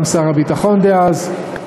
גם שר הביטחון דאז,